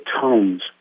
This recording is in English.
tones